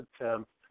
attempt